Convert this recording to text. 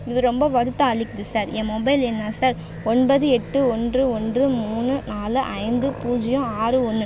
இது ரொம்ப வருத்தம் அளிக்குது சார் ஏன் மொபைல் என்ன சார் ஒன்பது எட்டு ஒன்று ஒன்று மூணு நாலு ஐந்து பூஜ்ஜியம் ஆறு ஒன்று